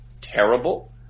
terrible